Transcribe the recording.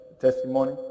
Testimony